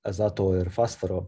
azoto ir fosforo